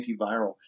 antiviral